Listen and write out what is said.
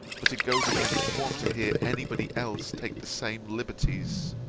but it goes against one to hear any body else take the same liberties.